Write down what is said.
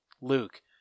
Luke